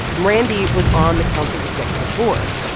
and randy was on the council's executive board,